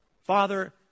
Father